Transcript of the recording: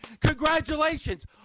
Congratulations